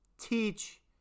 Teach